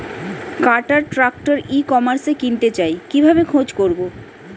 কাটার tractor ই কমার্সে কিনতে চাই কিভাবে খোঁজ করো?